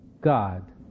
God